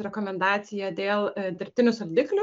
rekomendacija dėl dirbtinių saldiklių